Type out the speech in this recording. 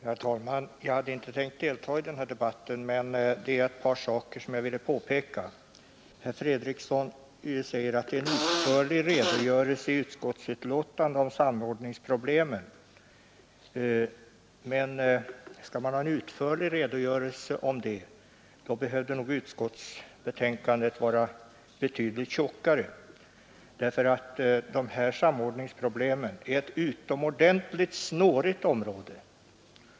Herr talman! Jag hade inte tänkt delta i denna debatt, men det är ett par saker som jag vill påpeka. Herr Fredriksson säger att det finns en utförlig redogörelse för samordningsproblemen i utskottsbetänkandet. Men skall man lämna en utförlig redogörelse om dessa problem behövde nog utskottsbetänkandet vara betydligt tjockare. Samordningsproblemen utgör nämligen ett utomordentligt snårigt område.